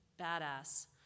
badass